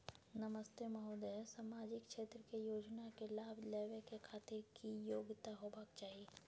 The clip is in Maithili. नमस्ते महोदय, सामाजिक क्षेत्र के योजना के लाभ लेबै के खातिर की योग्यता होबाक चाही?